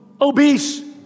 obese